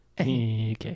Okay